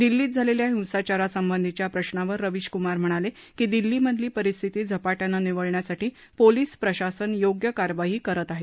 दिल्लीत झालेल्या हिंसाचारासंबंधीच्या प्रश्नावर रवीशकुमार म्हणाले की दिल्लीमधली परिस्थिती झपाट्यानं निवळण्यासाठी पोलीस प्रशासन योग्य कार्यवाही करत आहे